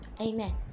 amen